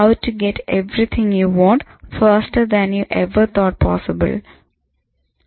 how to get everything you want faster than you ever thought possible Goals